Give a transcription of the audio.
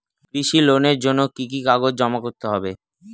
কৃষি লোনের জন্য কি কি কাগজ জমা করতে হবে?